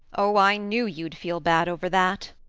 oh, i knew you'd feel bad over that,